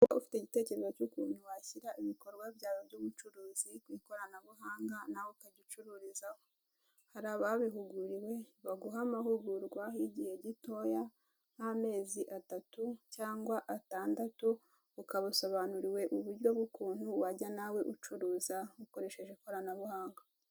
Niba ufite igitekerezo cy'ukuntu washyira ibikorwa byawe by'ubucuruzi ku ikoranabuhanga nawe ukajya ucururizaho, hari ababihuguriwe baguha amahugurwa y'igihe gitoya nk'amezi atatu cyangwa atandatu ukaba usobanuriwe uburyo bw'ukuntu wajya nawe ucuruza ukoresheje ikoranabuhanga.